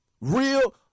Real